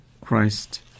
Christ